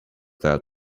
that